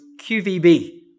QVB